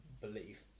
believe